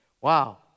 Wow